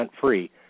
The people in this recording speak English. free